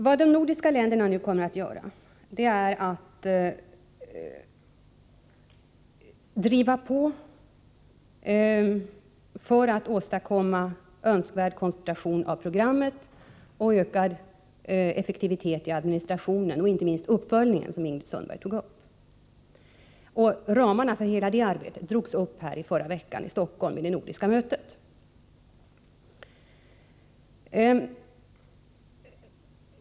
Vad de nordiska länderna nu kommer att göra är att driva på för att åstadkomma önskvärd koncentration av programmet samt ökad effektivitet i administrationen. Och inte minst gäller detta uppföljningen, som Ingrid Sundberg berörde. Ramarna för hela det arbetet drogs upp här i Stockholm förra veckan vid det nordiska mötet.